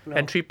no